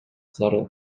зарыл